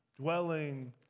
dwelling